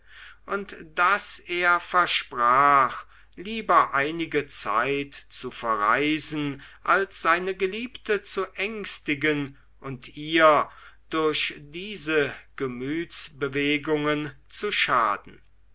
und daß er versprach lieber einige zeit zu verreisen als seine geliebte zu ängstigen und ihr durch diese gemütsbewegungen zu schaden